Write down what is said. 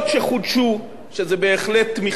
שזה בהחלט תמיכה וגיבוי כלכלי,